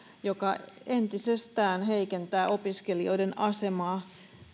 joka entisestään heikentää opiskelijoiden asemaa opiskelijoiden